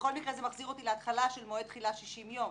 בכל מקרה זה מחזיר אותי להתחלה של מועד תחילה - 60 יום,